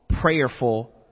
prayerful